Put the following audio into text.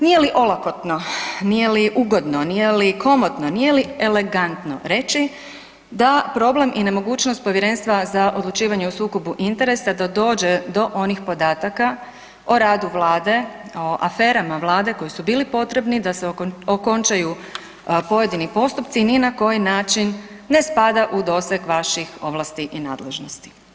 Nije li olakotno, nije li ugodno, nije li komotno, nije li elegantno reći da problem i nemogućnost Povjerenstva za odlučivanje o sukobu interesa da dođe do onih podataka o radu Vlade, o aferama Vlade koji su bili potrebni da se okončaju pojedini postupci, ni na koji način ne spada u doseg vaših ovlasti i nadležnosti?